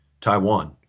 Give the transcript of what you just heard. Taiwan